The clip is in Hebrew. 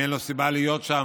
אם אין לו סיבה להיות שם,